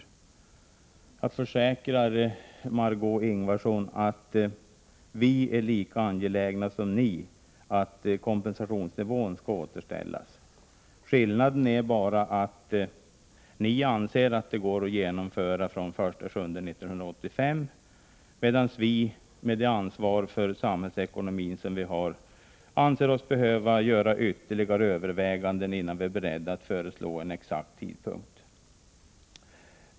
Jag försäkrar Margöé Ingvardsson att vi är lika angelägna som ni om att kompensationsnivån skall återställas. Skillnaden är bara att ni anser att det går att genomföra från den 1 juli 1985, medan vi, med det ansvar för samhällsekonomin som vi har, anser oss behöva göra ytterligare överväganden innan vi är beredda att föreslå en exakt tidpunkt.